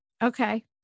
Okay